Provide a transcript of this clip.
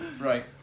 Right